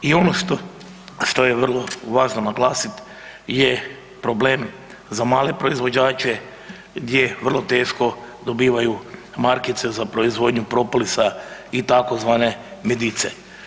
I ono što, što je vrlo važno naglasit je problem za male proizvođače gdje vrlo teško dobivaju markice za proizvodnju propolisa i tzv. medice.